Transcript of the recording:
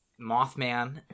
mothman